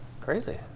Crazy